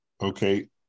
Okay